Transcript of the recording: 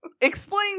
explain